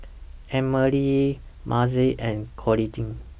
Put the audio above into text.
Emmalee Mazie and Coolidge